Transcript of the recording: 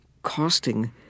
costing